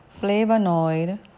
flavonoid